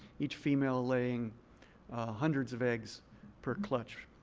each female laying hundreds of eggs per clutch.